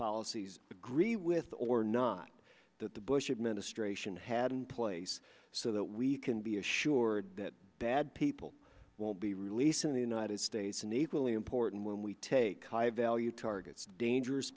policies agree with or not that the bush administration had in place so that we can be assured that bad people won't be released in the united states an equally important when we take high value targets dangerous